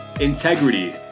integrity